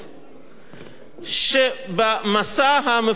במסע המפורסם הזה שנקרא ועדת-פלסנר,